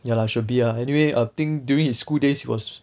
ya lah should be ah anyway I think during his school days he was